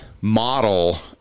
model